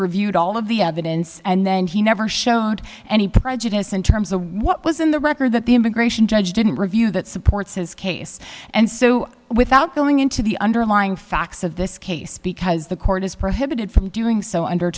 reviewed all of the evidence and then he never showed any prejudice in terms of what was in the record that the immigration judge didn't review that supports his case and so without going into the underlying facts of this case because the court is prohibited from doing so under